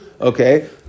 Okay